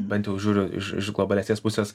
bent jau žiūriu iš globalesnės pusės